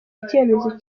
icyemezo